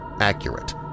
accurate